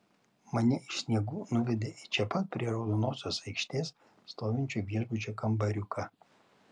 mane iš sniegų nuvedė į čia pat prie raudonosios aikštės stovinčio viešbučio kambariuką